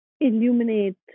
illuminate